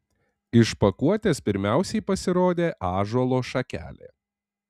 iš pakuotės pirmiausiai pasirodė ąžuolo šakelė